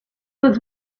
was